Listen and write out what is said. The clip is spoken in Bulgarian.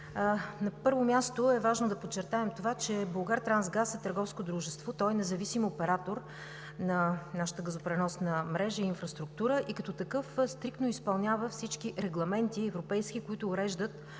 на първо място е важно да подчертаем, че „Булгартрансгаз“ е търговско дружество. Той е независим оператор на нашата газопреносна мрежа и инфраструктура и като такъв стриктно изпълнява всички европейски регламенти, които уреждат